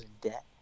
debt